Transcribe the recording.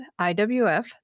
IWF